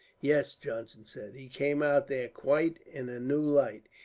yes, johnson said. he came out there quite in a new light.